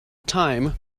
time